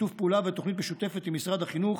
בשיתוף פעולה ובתוכנית משותפת עם משרד החינוך,